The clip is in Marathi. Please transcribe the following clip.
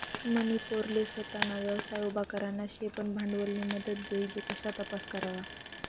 मनी पोरले सोताना व्यवसाय उभा करना शे पन भांडवलनी मदत जोइजे कशा तपास करवा?